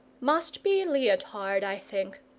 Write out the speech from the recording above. must be leotard, i think.